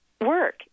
work